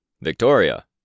Victoria